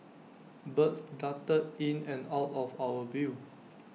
birds darted in and out of our view